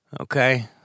Okay